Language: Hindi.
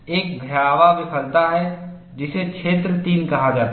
एक भयावह विफलता है जिसे क्षेत्र 3 कहा जाता है